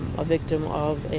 a victim of